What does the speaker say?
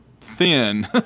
thin